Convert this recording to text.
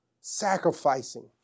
sacrificing